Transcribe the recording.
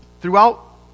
throughout